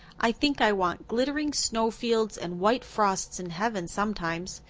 i think i want glittering snowy fields and white frosts in heaven sometimes.